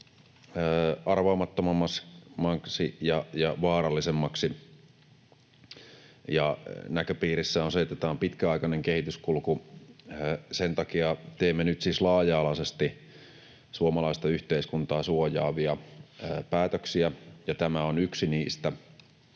arvaamattomammaksi ja vaarallisemmaksi, ja näköpiirissä on se, että tämä on pitkäaikainen kehityskulku. Sen takia teemme nyt siis laaja-alaisesti suomalaista yhteiskuntaa suojaavia päätöksiä. Tämä on yksi niistä